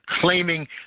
claiming